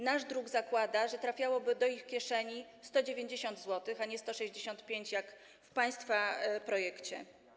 Nasz druk zakłada, że trafiałoby do ich kieszeni 190 zł, a nie 165 jak w państwa projekcie.